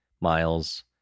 miles